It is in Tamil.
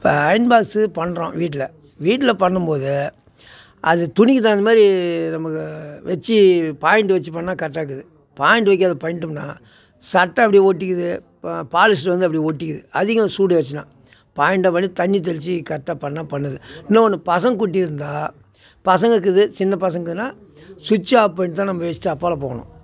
இப்போ அயர்ன் பாக்ஸு பண்ணுறோம் வீட்டில் வீட்டில் பண்ணும்போது அது துணிக்கு தகுந்த மாதிரி நமக்கு வெச்சு பாயிண்டு வெச்சு பண்ணால் கரெக்டாக இருக்குது பாயிண்டு வைக்காத பண்ணிட்டோம்னா சட்டை அப்படியே ஒட்டிக்குது பாலிஸ்டர் வந்து அப்படி ஒட்டிக்குது அதிகம் சூடு ஏறுச்சுன்னா பாயிண்ட் பண்ணி தண்ணி தெளித்து கரெக்டாக பண்ணால் பண்ணுது இன்னொன்னு பசங்கள் குட்டி இருந்தால் பசங்கள் இருக்குது சின்ன பசங்கள்ன்னா ஸ்விட்ச் ஆப் பண்ணி தான் நம்ம வெச்சுட்டு அப்பால் போகணும்